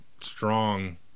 strong